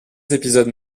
épisodes